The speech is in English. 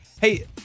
Hey